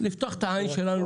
לפתוח את העין שלנו,